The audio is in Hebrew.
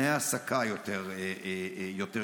שתנאי ההעסקה יותר גרועים.